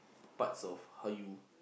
parts of how you